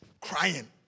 crying